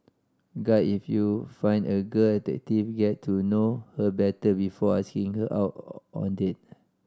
guy if you find a girl addictive get to know her better before asking her out on date